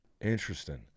Interesting